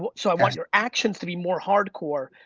but so i want your actions to be more hardcore,